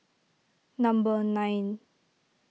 number nine